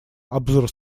обзор